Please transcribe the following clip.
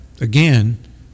again